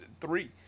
three